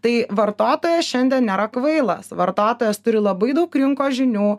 tai vartotojas šiandien nėra kvailas vartotojas turi labai daug rinkos žinių